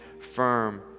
firm